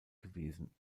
gewesen